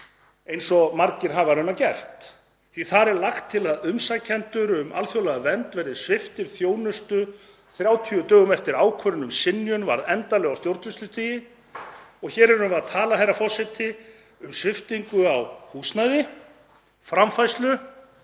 eins og margir hafa raunar gert því að þar er lagt til að umsækjendur um alþjóðlega vernd verði sviptir þjónustu 30 dögum eftir að ákvörðun um synjun varð endanleg á stjórnsýslustigi. Hér erum við að tala um, herra forseti, sviptingu á húsnæði, framfærslu